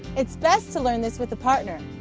it's best to learn this with a partner,